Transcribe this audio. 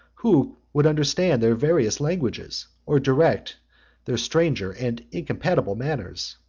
who would understand their various languages, or direct their stranger and incompatible manners?